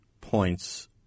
points